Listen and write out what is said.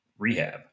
Rehab